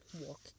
walk